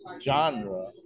genre